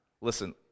Listen